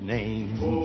name